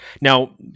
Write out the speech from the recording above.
Now